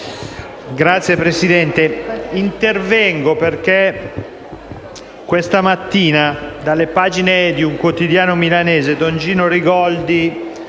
Signora Presidente, intervengo perché questa mattina, dalle pagine di un quotidiano milanese, don Gino Rigoldi